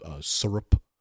syrup